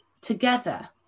together